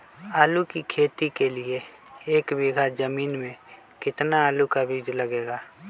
आलू की खेती के लिए एक बीघा जमीन में कितना आलू का बीज लगेगा?